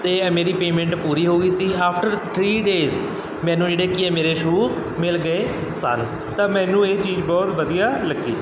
ਅਤੇ ਮੇਰੀ ਪੇਮੈਂਟ ਪੂਰੀ ਹੋ ਗਈ ਸੀ ਆਫਟਰ ਥਰੀ ਡੇਜ ਮੈਨੂੰ ਜਿਹੜੇ ਕੀ ਆ ਮੇਰੇ ਸ਼ੂਅ ਮਿਲ ਗਏ ਸਨ ਤਾਂ ਮੈਨੂੰ ਇਹ ਚੀਜ਼ ਬਹੁਤ ਵਧੀਆ ਲੱਗੀ